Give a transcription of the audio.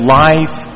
life